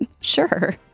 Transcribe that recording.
Sure